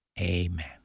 amen